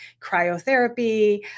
cryotherapy